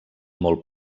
molt